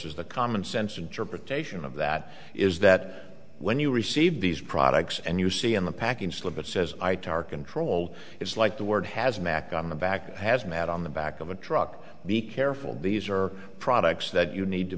is the common sense interpretation of that is that when you receive these products and you see in the packing slip it says i to our control it's like the word has mack on the back of hazmat on the back of a truck be careful these are products that you need to